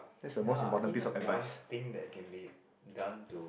ya I think that's a one thing that it can be done to